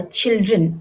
children